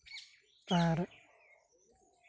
ᱟᱨ